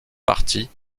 partie